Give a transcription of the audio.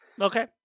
Okay